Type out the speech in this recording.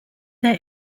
their